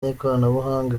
n’ikoranabuhanga